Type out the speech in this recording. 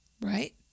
right